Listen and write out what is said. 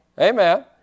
Amen